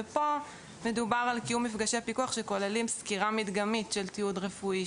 ופה מדובר על קיום מפגשי פיקוח שכוללים סקירה מקדמית של תיעוד רפואי,